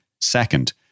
Second